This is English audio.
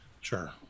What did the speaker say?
Sure